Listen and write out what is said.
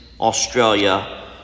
Australia